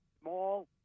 small